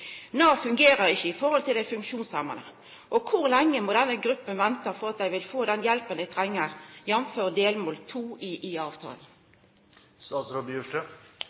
fungerer ikkje i forhold til dei funksjonshemma. Kor lenge må denne gruppa venta på å få den hjelpa dei treng, jf. delmål 2 i